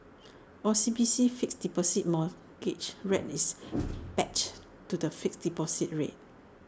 O C B C's fixed deposit mortgage rate is pegged to the fixed deposit rate